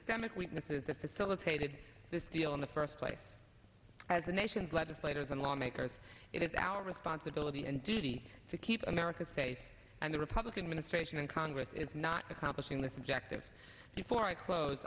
systemic weaknesses that facilitated this deal in the first place as the nation's legislators and lawmakers it is our responsibility and duty to keep america safe and the republican ministration in congress is not accomplishing this objective before i close